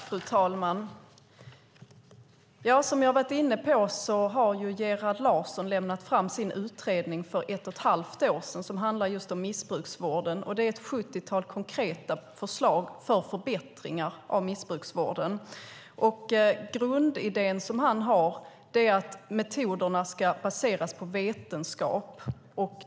Fru talman! Som jag har varit inne på lade Gerhard Larsson för ett och ett halvt år sedan fram sin utredning, som handlar just om missbruksvården och har ett sjuttiotal konkreta förslag till förbättringar av missbruksvården. Den grundidé som han har är att metoderna ska baseras på vetenskap.